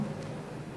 הוועדות, כן?